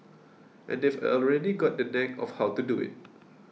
and they've already got the knack of how to do it